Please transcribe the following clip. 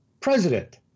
president